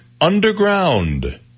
underground